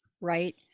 right